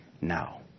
now